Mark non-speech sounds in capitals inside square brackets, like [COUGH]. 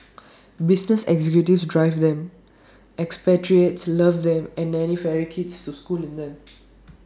[NOISE] business executives drive them expatriates love them and nannies ferry kids to school in them [NOISE]